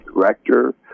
director